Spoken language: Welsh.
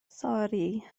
sori